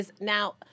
now